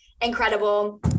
incredible